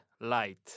light